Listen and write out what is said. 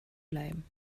bleiben